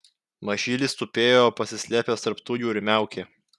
mažylis tupėjo pasislėpęs tarp tujų ir miaukė